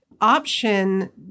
option